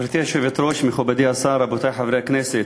גברתי היושבת-ראש, מכובדי השר, רבותי חברי הכנסת,